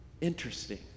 Interesting